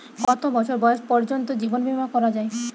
কত বছর বয়স পর্জন্ত জীবন বিমা করা য়ায়?